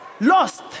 Lost